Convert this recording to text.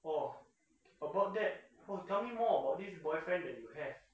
哦 about that !wah! tell me more about this boyfriend that you have